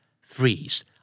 Freeze